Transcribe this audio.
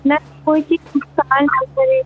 बस कोई चीज नुकसान न करे